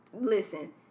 listen